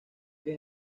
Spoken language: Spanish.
que